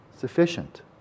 sufficient